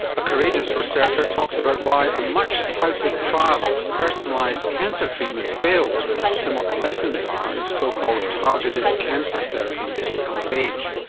a courageous researcher talks about why a much touted trial of personalised cancer treatment failed and what the lessons are if so-called targeted cancer therapy is to come of age.